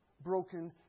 broken